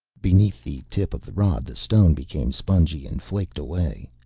beneath the tip of the rod the stone became spongy and flaked away.